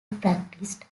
practiced